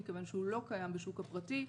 מכיוון שהוא לא קיים בשוק הפרטי.